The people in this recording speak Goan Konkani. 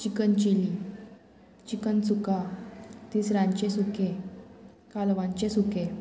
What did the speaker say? चिकन चिली चिकन सुका तिसरांचे सुकें कालवांचे सुकें